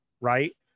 right